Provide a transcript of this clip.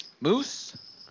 Moose